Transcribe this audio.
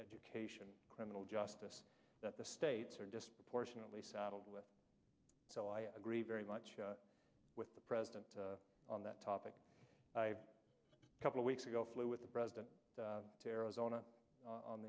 education criminal justice that the states are disproportionately saddled with so i agree very much with the president on that topic couple of weeks ago flew with the president to arizona on